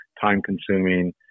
time-consuming